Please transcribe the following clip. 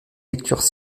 lecture